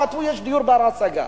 כתבו: יש דיור בר-השגה.